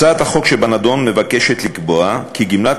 הצעת החוק שבנדון מבקשת לקבוע כי גמלת